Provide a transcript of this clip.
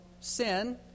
sin